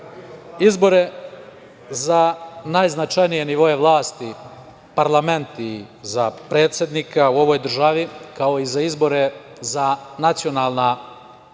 izbore za najznačajnije nivoe vlasti, parlament i za predsednika u ovoj državi, kao i za izbore za nacionalne savete